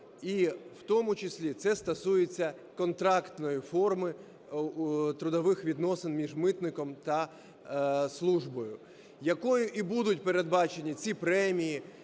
І в тому числі це стосується контрактної форми трудових відносин між митником та службою, якою і будуть передбачені ці премії